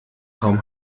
kaum